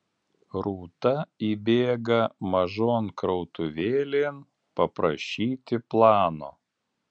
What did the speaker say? rūta įbėga mažon krautuvėlėn paprašyti plano